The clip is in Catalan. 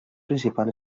principal